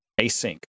async